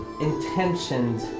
intentioned